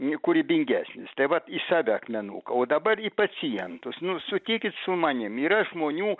į kūrybingesnis tai va į save akmenuką o dabar į pacientus nu sutikit su manim yra žmonių